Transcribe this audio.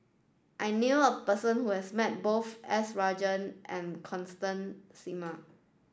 I knew a person who has met both S Rajaratnam and Constance Singam